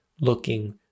looking